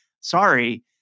sorry